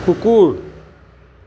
কুকুৰ